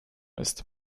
ist